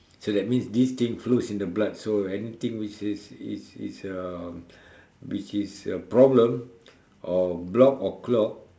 so that means this thing flows in the blood so anything which is is is uh which is a problem or block or clot